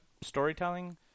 storytelling